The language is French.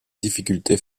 difficultés